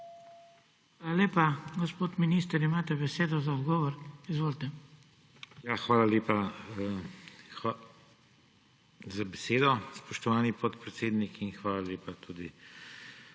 Hvala lepa. Gospod minister, imate besedo za odgovor. Izvolite. MAG. ANDREJ ŠIRCELJ:Hvala lepa za besedo, spoštovani podpredsednik, in hvala lepa tudi